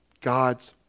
God's